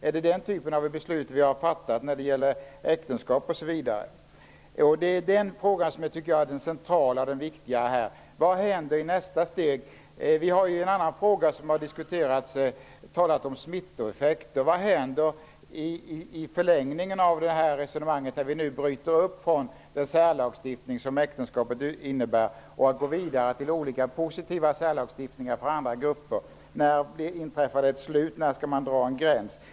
Är det den typen av beslut vi har fattat när det gäller äktenskap? Det är den frågan som jag tycker är den centrala och viktiga här. Vad händer i nästa steg? Vi har en annan fråga som har diskuterats, nämligen smittoeffekter. Vad händer i förlängningen av det här resonemanget, när vi nu bryter upp från den särlagstiftning som äktenskapet innebär och går vidare till olika positiva särlagstiftningar för andra grupper? När tar det slut, när skall man dra en gräns?